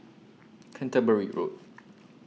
Canterbury Road